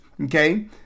Okay